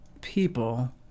people